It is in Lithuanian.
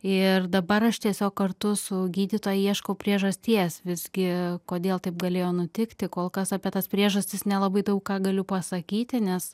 ir dabar aš tiesiog kartu su gydytoj ieškau priežasties visgi kodėl taip galėjo nutikti kol kas apie tas priežastis nelabai daug ką galiu pasakyti nes